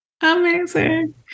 Amazing